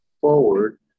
forward